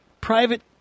private